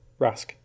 Rask